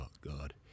God